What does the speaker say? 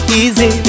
easy